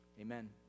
Amen